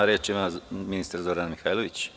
Reč ima ministar Zorana Mihajlović.